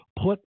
put